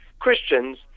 Christians